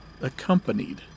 accompanied